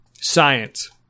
science